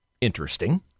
interesting